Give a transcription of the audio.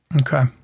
Okay